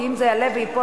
כי אם זה יעלה וייפול,